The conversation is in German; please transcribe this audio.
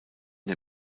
der